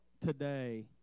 today